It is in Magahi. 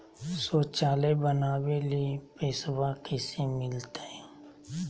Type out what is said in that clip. शौचालय बनावे ले पैसबा कैसे मिलते?